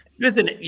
listen